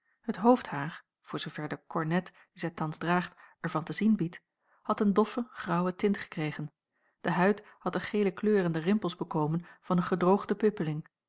het hoofdhaar voor zoover de kornet die zij thans draagt er van te zien biedt had een doffe graauwe tint gekregen de huid had de gele kleur en de rimpels bekomen van een gedroogde pippeling